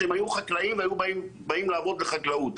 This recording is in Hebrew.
הם היו חקלאים שהיו באים לעבוד בחקלאות.